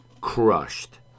crushed